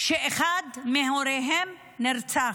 שאחד מהוריהם נרצח.